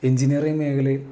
engineering മേഖലയിൽ